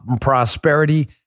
prosperity